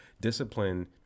discipline